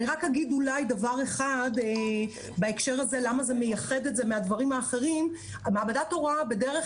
אגיד למה זה מייחד את זה מהדברים האחרים: מעבדת הוראה בדרך